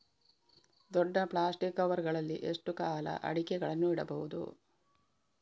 ದೊಡ್ಡ plastic cover ಗಳಲ್ಲಿ ಎಷ್ಟು ಕಾಲ ಅಡಿಕೆಗಳನ್ನು ಇಡಬಹುದು?